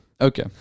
Okay